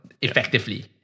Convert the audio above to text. effectively